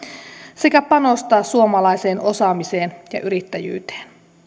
sekä panostaa suomalaiseen osaamiseen ja yrittäjyyteen